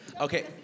Okay